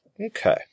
Okay